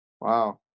Wow